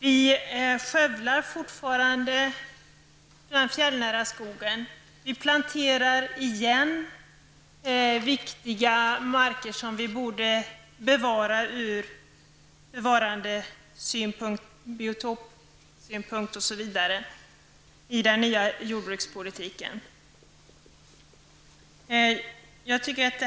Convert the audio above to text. Dessutom fortsätter skövlingen av den fjällnära skogen. Vi planterar på viktiga marker, på marker som från biotopsynpunkt exempelvis borde bevaras i den nya jordbrukspolitiken.